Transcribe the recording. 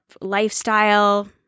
lifestyle